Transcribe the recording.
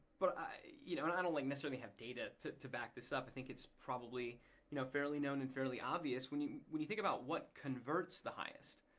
but i don't you know and and like necessarily have data to to back this up. i think it's probably you know fairly known and fairly obvious when you when you think about what converts the highest,